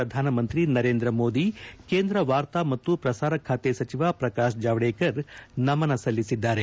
ಪ್ರಧಾನಮಂತ್ರಿ ನರೇಂದ್ರ ಮೋದಿ ಕೇಂದ್ರ ವಾರ್ತಾ ಮತ್ತು ಪ್ರಸಾರ ಸಚಿವ ಪ್ರಕಾಶ್ ಜಾವಡೇಕರ್ ನಮನ ಸಲ್ಲಿಸಿದ್ದಾರೆ